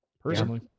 Personally